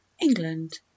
England